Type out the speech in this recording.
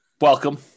Welcome